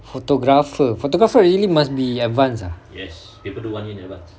photographer photographer really must be advance ah